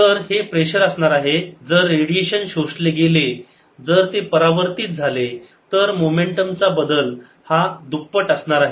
तर हे प्रेशर असणार आहे जर रेडिएशन शोषले गेले जर ते परावर्तित झाले तर मोमेंटमचा बदल हा दुप्पट असणार आहे